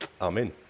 Amen